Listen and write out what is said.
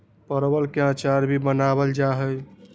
परवल के अचार भी बनावल जाहई